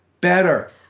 better